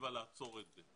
פררוגטיבה לעצור את זה,